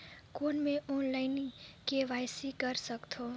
कौन मैं online KYC कर सकथव?